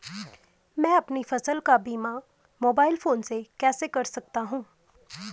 मैं अपनी फसल का बीमा मोबाइल फोन से कैसे कर सकता हूँ?